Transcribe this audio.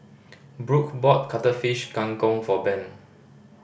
Brook bought Cuttlefish Kang Kong for Ben